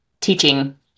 teaching